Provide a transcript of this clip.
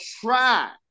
try